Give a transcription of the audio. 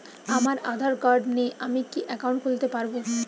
আমার আধার কার্ড নেই আমি কি একাউন্ট খুলতে পারব?